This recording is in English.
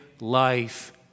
life